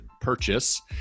purchase